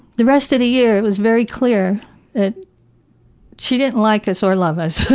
the rest of the year it was very clear that she didn't like us or love us.